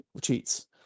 cheats